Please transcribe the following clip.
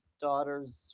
daughter's